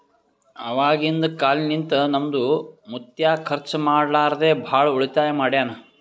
ಅವಾಗಿಂದ ಕಾಲ್ನಿಂತ ನಮ್ದು ಮುತ್ಯಾ ಖರ್ಚ ಮಾಡ್ಲಾರದೆ ಭಾಳ ಉಳಿತಾಯ ಮಾಡ್ಯಾನ್